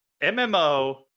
MMO